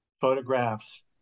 photographs